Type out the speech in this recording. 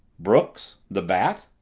brooks? the bat?